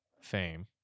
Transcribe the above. fame